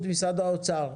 התיירות וממשרד האוצר,